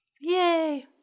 Yay